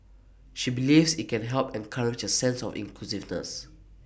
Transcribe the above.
she believes IT can help encourage A sense of inclusiveness